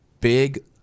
big